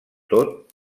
tot